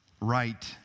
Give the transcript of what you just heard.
right